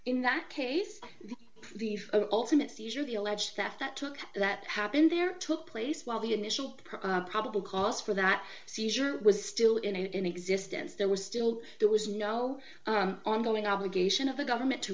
in that case the phone ultimate seizure the alleged theft that took that happened there took place while the initial probable cause for that seizure was still in existence there was still there was no ongoing obligation of the government to